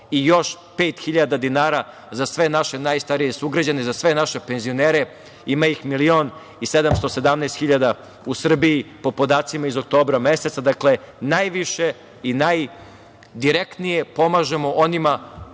i još 5.000 za sve naše najstarije sugrađane, za sve naše penzionere, ima ih milion i 717 hiljada u Srbiji po podacima iz oktobra meseca. Dakle, najviše i najdirektnije pomažemo onima